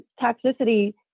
toxicity